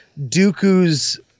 dooku's